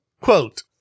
Quote